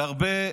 והרבה,